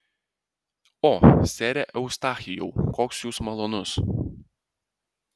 o sere eustachijau koks jūs malonus